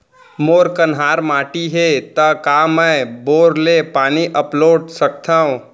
मोर कन्हार माटी हे, त का मैं बोर ले पानी अपलोड सकथव?